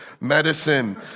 medicine